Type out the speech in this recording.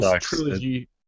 trilogy